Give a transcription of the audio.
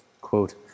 Quote